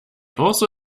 also